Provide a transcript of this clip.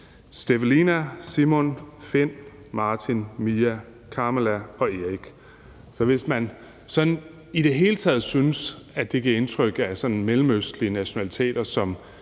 Stevelina, Finn, Martin, Mia, Carmela og Erik. Så hvis man sådan i det hele taget synes, at det giver indtryk af, at mellemøstlige nationaliteter